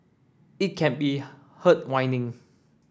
it can be heard whining